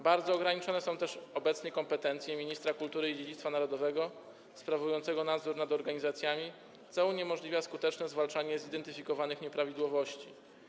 Bardzo ograniczone są też obecnie kompetencje ministra kultury i dziedzictwa narodowego sprawującego nadzór nad organizacjami, co uniemożliwia skuteczne zwalczanie zidentyfikowanych nieprawidłowości.